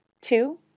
two